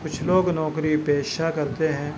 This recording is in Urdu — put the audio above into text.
کچھ لوگ نوکری پیشہ کرتے ہیں